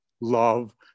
love